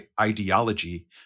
ideology